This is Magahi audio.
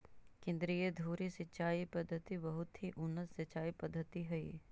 केन्द्रीय धुरी सिंचाई पद्धति बहुत ही उन्नत सिंचाई पद्धति हइ